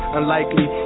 Unlikely